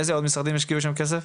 איזה עוד משרדים השקיעו שם כסף?